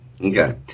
Okay